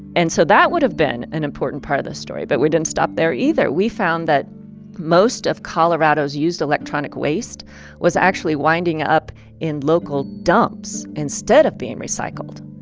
and so that would have been an important part of the story but we didn't stop there either. we found that most of colorado's used electronic waste was actually winding up in local dumps instead of being recycled.